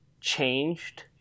changed